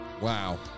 Wow